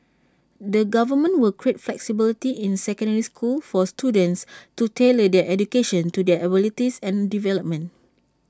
the government will create flexibility in secondary schools for students to tailor their education to their abilities and development